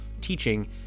teaching